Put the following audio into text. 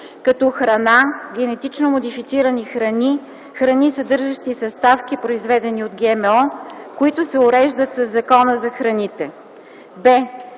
като храна, генетично модифицирани храни, храни, съдържащи съставки, произведени от ГМО, които се уреждат със Закона за храните;